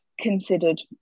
considered